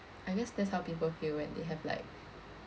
I guess that's how people feel when they have like